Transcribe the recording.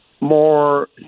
more